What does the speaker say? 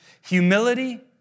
humility